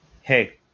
hey